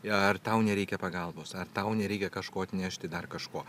ir tau nereikia pagalbos ar tau nereikia kažko atnešti dar kažko